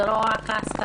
זה לא רק ההשכלה,